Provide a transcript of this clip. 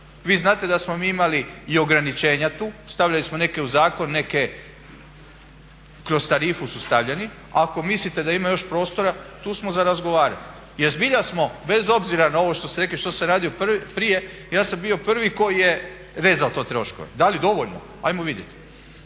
Vi znate da smo mi imali i ograničenja tu, stavljali smo neke u zakon, neke kroz tarifu su stavljeni. Ako mislite da ima još prostora tu smo za razgovarati jer zbilja smo bez obzira na ovo što ste rekli što sam radio prije, ja sam bio prvi koji je vezao to troškove. Da li dovoljno, ajmo vidjeti.